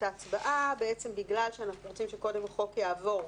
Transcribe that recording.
את ההצבעה בגלל שאנחנו רוצים שקודם החוק יעבור,